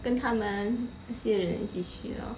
跟他们那些人一起去 lor